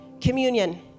Communion